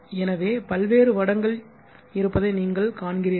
எனவே பல்வேறு வடங்கள் இருப்பதை நீங்கள் காண்கிறீர்கள்